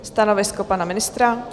Stanovisko pana ministra?